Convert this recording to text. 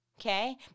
Okay